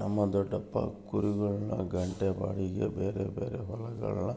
ನಮ್ ದೊಡಪ್ಪ ಕುರಿಗುಳ್ನ ಗಂಟೆ ಬಾಡಿಗ್ಗೆ ಬೇರೇರ್ ಹೊಲಗುಳ್ಗೆ